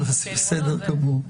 בסדר גמור.